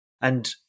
And-